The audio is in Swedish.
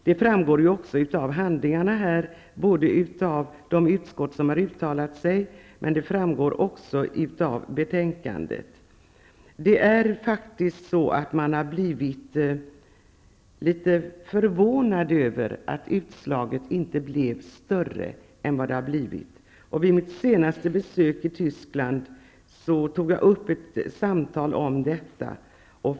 Det framgår också av handlingarna här -- både av betänkandet och av de yttranden som har avgivits av andra utskott. Man har faktiskt blivit litet förvånad över att utslaget inte blev större än vad det har blivit. Vid mitt senaste besök i Tyskland förde jag ett samtal om detta.